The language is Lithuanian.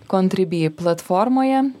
contribee platformoje